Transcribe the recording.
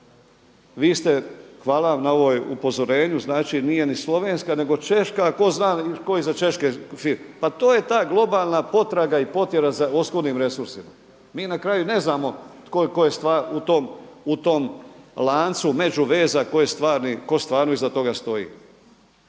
Vi ste, hvala vam na ovom upozorenju, znači nije ni slovenska, nego češka, a tko zna tko je iza češke firme. Pa to je ta globalna potraga i potjera za oskudnim resursima. Mi na kraju ne znamo kolika je stvar u tom lancu među veze, tko stvarno iza toga stoji.